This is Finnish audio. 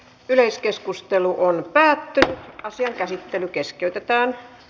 yleiskeskustelu päättyi ja asian käsittely keskeytetään e